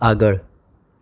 આગળ